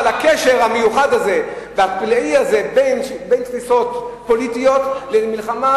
אבל הקשר המיוחד הזה והפלאי הזה בין תפיסות פוליטיות למלחמה,